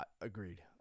Agreed